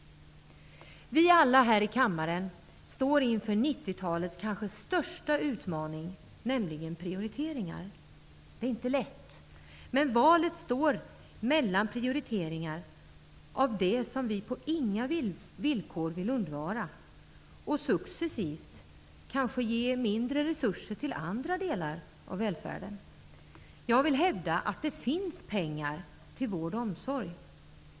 Vi alla här i kammaren står inför 1990-talets kanske största utmaning, nämligen prioriteringar. Det är inte lätt. Men valet står mellan det som vi på inga villkor vill undvara och andra delar av välfärden. Om vi prioriterar det förra kanske vi successivt måste ge mindre resurser till det andra. Jag vill hävda att det finns pengar till vård och omsorg.